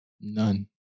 none